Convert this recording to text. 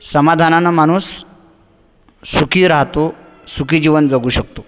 समाधानानं माणूस सुखी राहतो सुखी जीवन जगू शकतो